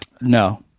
No